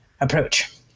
approach